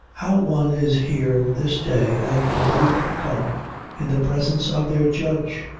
how one is here this day, and in a week to come in the presence of their judge!